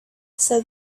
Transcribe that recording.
said